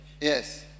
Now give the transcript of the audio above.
Yes